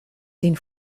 den